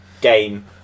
game